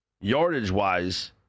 Yardage-wise